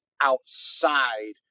outside